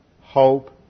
hope